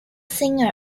singer